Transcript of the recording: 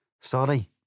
Sorry